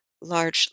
large